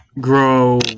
grow